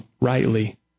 rightly